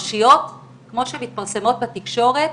פרשיות כפי שמתפרסמות בתקשורת.